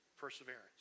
Perseverance